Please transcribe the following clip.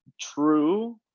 true